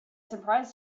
surprised